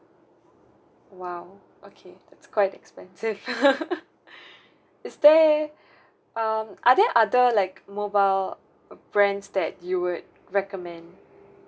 !wow! okay that's quite expensive is there um are there other like mobile brands that you would recommend